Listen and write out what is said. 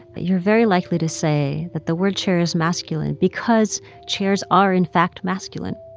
you're very likely to say that the word chair is masculine because chairs are, in fact, masculine,